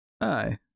Aye